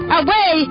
away